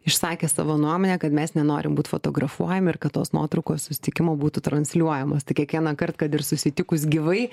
išsakė savo nuomonę kad mes nenorim būt fotografuojami ir kad tos nuotraukos susitikimo būtų transliuojamos tik kiekvienąkart kad ir susitikus gyvai